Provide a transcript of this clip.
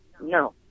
No